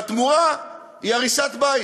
והתמורה היא הריסת בית.